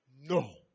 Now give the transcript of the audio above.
No